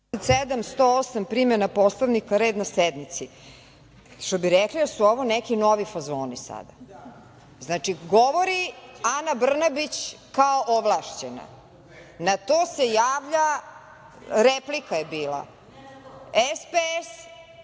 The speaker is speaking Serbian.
i 108, primena Poslovnika - Red na sednici. Što bi rekli - jel su ovo sad neki novi fazoni? Znači, govori Ana Brnabić kao ovlašćena. Na to se javlja, replika je bila, SPS,